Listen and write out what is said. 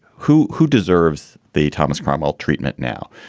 who who deserves the thomas cromwell treatment now?